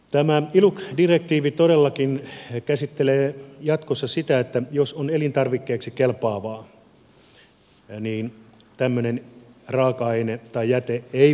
tämä iluc direktiivi todellakin käsittelee jatkossa sitä että jos on elintarvikkeeksi kelpaavaa niin että menen raaka ainetta jätettiin